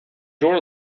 door